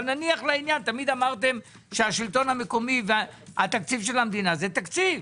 תמיד אמרתם שהשלטון המקומי ותקציב המדינה זה תקציב.